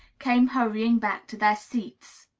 came hurrying back to their seats.